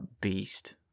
beast